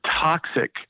toxic